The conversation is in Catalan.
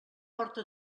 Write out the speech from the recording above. porta